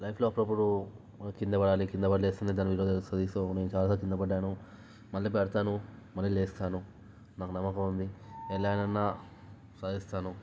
లైఫ్లో అప్పుడప్పుడు మనం కింద పడాలి కింద పడి లేస్తేనే దాని విలువ తెలుస్తుంది సో నేను చాలా సార్లు కింద పడ్డాను మళ్ళీ పడతాను మళ్ళీ లేస్తాను నాకు నమ్మకం ఉంది ఎలాగైనా సాధిస్తాను